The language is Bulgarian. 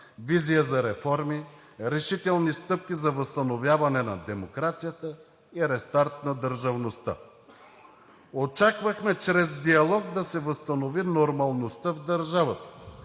визия за реформи, решителни стъпки за възстановяване на демокрацията и рестарт на държавността. Очаквахме чрез диалог да се възстанови нормалността в държавата,